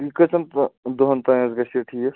یہِ کٍژن دۄہَن تانۍ حظ گژھِ یہِ ٹھیٖک